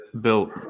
built